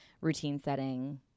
routine-setting